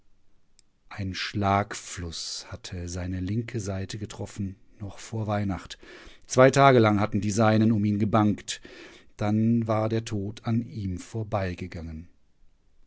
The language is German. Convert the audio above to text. ein schlagfluß hatte seine linke seite getroffen noch vor weihnacht zwei tage lang hatten die seinen um ihn gebangt dann war der tod an ihm vorbeigegangen